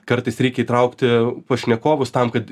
kartais reikia įtraukti pašnekovus tam kad